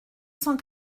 cent